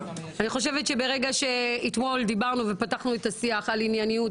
אני חושבת שברגע שאתמול דיברנו ופתחנו את השיח על ענייניות,